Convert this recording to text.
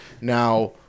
Now –